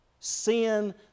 sin